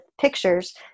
pictures